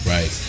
Right